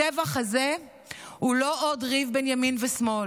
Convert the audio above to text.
הטבח הזה הוא לא עוד ריב בין ימין ושמאל.